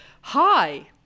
hi